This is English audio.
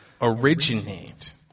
originate